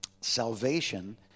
Salvation